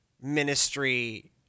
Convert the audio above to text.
ministry